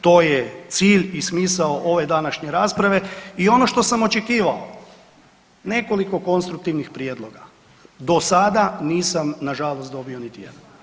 To je cilj i smisao ove današnje rasprave i ono što sam očekivao, nekoliko konstruktivnih prijedloga do sada nisam nažalost dobio niti jedan.